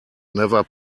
never